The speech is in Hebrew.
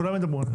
כולם ידברו.